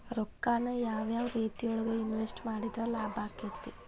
ರೊಕ್ಕಾನ ಯಾವ ಯಾವ ರೇತಿಯೊಳಗ ಇನ್ವೆಸ್ಟ್ ಮಾಡಿದ್ರ ಲಾಭಾಕ್ಕೆತಿ?